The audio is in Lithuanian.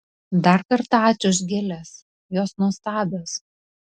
dar kartą ačiū už gėles jos nuostabios